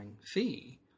fee